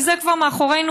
כי זה כבר מאחורינו.